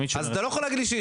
אז אתה לא יכול להגיד לי שהיא,